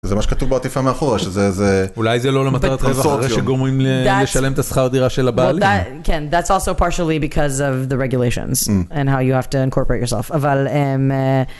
זה מה שכתוב בעטיפה מאחורה שזה אולי זה לא למטרת רווח אחרי שגומרים ל... לשלם את השכר דירה של הבעלים. אבל אמ...